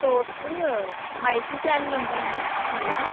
soaps Mysore sandal ఉంటాయా అండీ మీ దగ్గర